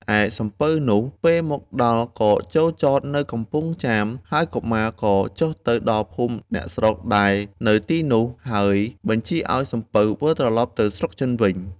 ឯសំពៅនោះ ពេលមកដល់ក៏ចូលចតនៅកំពង់ចាម ហើយកុមារក៏ចុះទៅដល់ភូមិអ្នកស្រុកដែលនៅទីនោះ ហើយបញ្ជាឱ្យសំពៅវិលត្រឡប់ទៅស្រុកចិនវិញ។